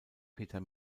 peter